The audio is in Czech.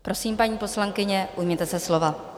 Prosím, paní poslankyně, ujměte se slova.